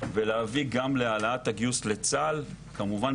ולהביא גם להעלאת הגיוס לצה"ל כמובן